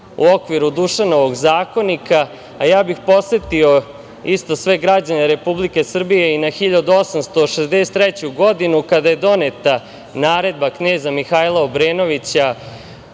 u okviru Dušanovog zakonika, a ja bih podsetio isto sve građane Republike Srbije i na 1863. godinu, kada je doneta naredba kneza Mihajla Obrenovića